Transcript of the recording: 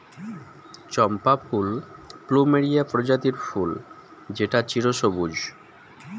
চম্পা ফুল প্লুমেরিয়া প্রজাতির ফুল যেটা চিরসবুজ